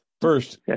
First